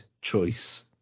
choice